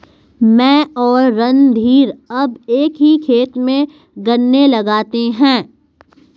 मैं और रणधीर अब एक ही खेत में गन्ने लगाते हैं